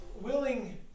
willing